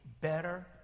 better